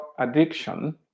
addiction